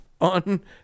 on